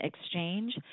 Exchange